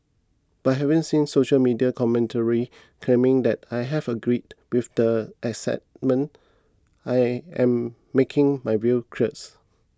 but having seen social media commentaries claiming that I have agreed with the asset I am making my views clears